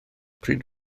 pryd